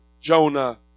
Jonah